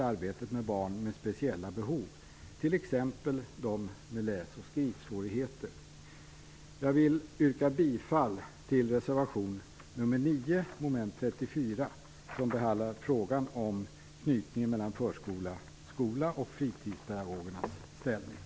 Arbetet med barn med speciella behov, t.ex. barn med läs och skrivsvårigheter, är ett exempel bland många på detta. Jag vill yrka bifall till reservation 9 mom. 34 som behandlar frågan om knytningen mellan förskola och skola och fritidspedagogernas ställning.